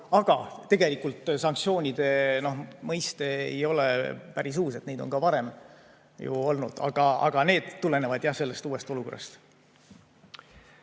Aga tegelikult sanktsiooni mõiste ei ole päris uus, neid on ka varem ju olnud, aga need tulenevad jah sellest uuest olukorrast.